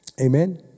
Amen